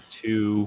two